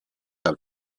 have